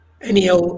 anyhow